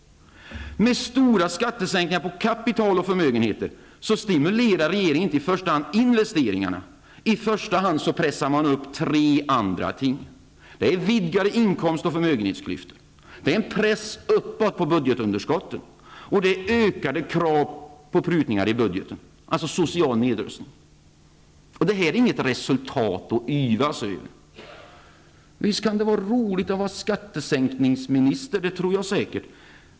Med stora skattesänkningar på kapital och förmögenheter stimulerar regeringen inte i första hand investeringarna. I första hand pressar man upp tre andra ting: -- Det är vidgade inkomst och förmögenhetsklyftor. -- Det är en press uppåt på budgetunderskotten. -- Det är ökade krav på prutningar i budgeten -- social nedrustning. Det är inget resultat att yvas över. Visst kan det vara roligt att vara skattesänkningsminister, det tror jag säkert.